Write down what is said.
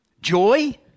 Joy